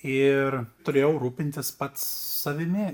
ir turėjau rūpintis pats savimi